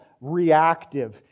reactive